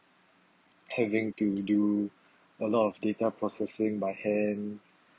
having to do a lot of data processing by hand